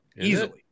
Easily